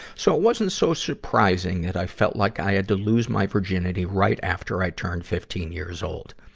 so it wasn't so surprising that i felt like i had to lose my virginity right after i turned fifteen years old.